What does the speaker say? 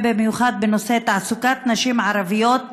ובמיוחד בנושא תעסוקת נשים ערביות